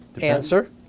Answer